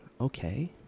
okay